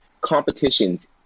competitions